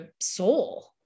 soul